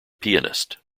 pianist